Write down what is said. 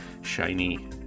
shiny